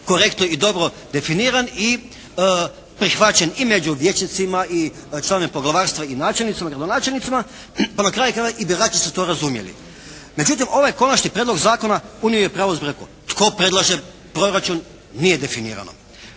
korektno i dobro definiran i prihvaćen i među vijećnicima i članovima poglavarstva i načelnicima, gradonačelnicima, a na kraju krajeva i birači su to razumjeli. Međutim ovaj konačni prijedlog zakona o … /Ne razumije se./ … tko predlaže proračun nije definirano.